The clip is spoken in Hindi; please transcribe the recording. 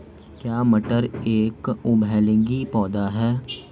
क्या मटर एक उभयलिंगी पौधा है?